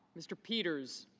mr. peters